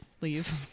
leave